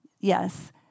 yes